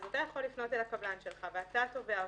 אתה יכול לפנות לקבלן שלך ואתה תובע אותו,